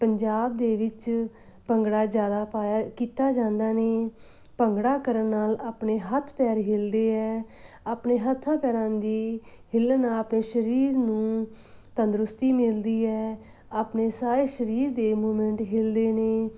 ਪੰਜਾਬ ਦੇ ਵਿੱਚ ਭੰਗੜਾ ਜ਼ਿਆਦਾ ਪਾਇਆ ਕੀਤਾ ਜਾਂਦਾ ਨੇ ਭੰਗੜਾ ਕਰਨ ਨਾਲ ਆਪਣੇ ਹੱਥ ਪੈਰ ਹਿੱਲਦੇ ਹੈ ਆਪਣੇ ਹੱਥਾਂ ਪੈਰਾਂ ਦੇ ਹਿੱਲਣ ਨਾਲ ਆਪਣੇ ਸਰੀਰ ਨੂੰ ਤੰਦਰੁਸਤੀ ਮਿਲਦੀ ਹੈ ਆਪਣੇ ਸਾਰੇ ਸਰੀਰ ਦੇ ਮੂਮੈਂਟ ਹਿੱਲਦੇ ਨੇ